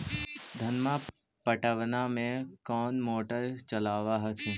धनमा पटबनमा ले कौन मोटरबा चलाबा हखिन?